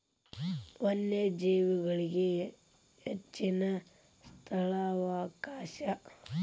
ವನ್ಯಜೇವಿಗಳಿಗೆ ಹೆಚ್ಚಿನ ಸ್ಥಳಾವಕಾಶ